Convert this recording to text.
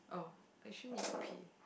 oh I actually need to pee